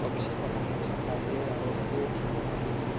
पक्षी पाहण्याचे माझे आवडते ठिकाण आहे की